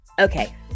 Okay